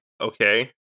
okay